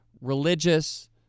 religious